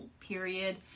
period